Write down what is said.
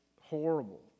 horrible